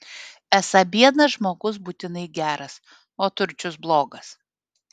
esą biednas žmogus būtinai geras o turčius blogas